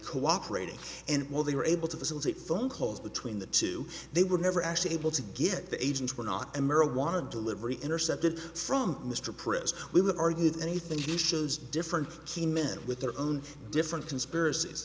cooperating and while they were able to facilitate phone calls between the two they were never actually able to get the agents were not a marijuana delivery intercepted from mr prison we've argued anything he shows different key men with their own different conspiracies